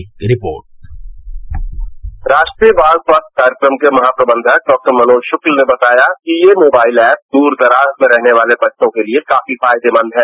एक रिपोर्ट राष्ट्रीय बाल स्वास्थ्य कार्यक्रम के महाप्रबंधक डॉ मनोज शुक्ल ने बताया कि ये मोबाइल एप द्रदराज में रहने वाले बच्चों के लिए काफी फायदेमंद है